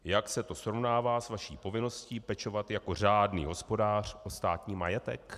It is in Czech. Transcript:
Jak se to srovnává s vaší povinností pečovat jako řádný hospodář o státní majetek?